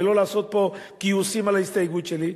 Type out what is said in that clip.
לא לעשות פה גיוסים על ההסתייגות שלי.